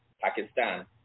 Pakistan